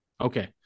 Okay